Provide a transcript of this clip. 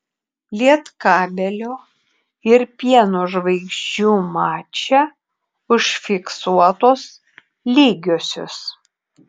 lietkabelio ir pieno žvaigždžių mače užfiksuotos lygiosios